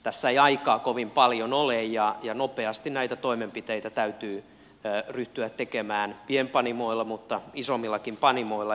tässä ei aikaa kovin paljon ole ja nopeasti näitä toimenpiteitä täytyy ryhtyä tekemään pienpanimoilla mutta myös isommilla panimoilla